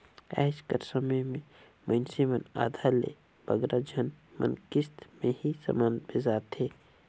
आएज कर समे में मइनसे मन आधा ले बगरा झन मन किस्त में ही समान बेसाथें